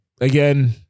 again